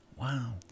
Wow